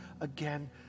again